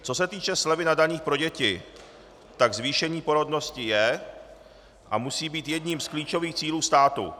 Co se týče slevy na daních pro děti, tak zvýšení porodnosti je a musí být jedním z klíčových cílů státu.